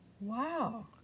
Wow